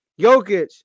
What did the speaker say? Jokic